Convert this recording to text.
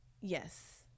Yes